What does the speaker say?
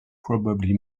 probably